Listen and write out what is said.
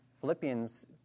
Philippians